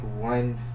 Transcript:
one